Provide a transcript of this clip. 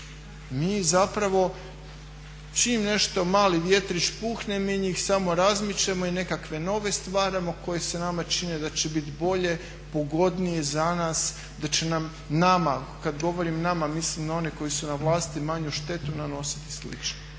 mi zapravo čim nešto mali vjetrić puhne mi njih samo razmičemo i nekakve nove stvaramo koje se nama čine da će biti bolje, pogodnije za nas, da će nama, kad govorim nama mislim na one koji su na vlasti, manju štetu nanositi i slično.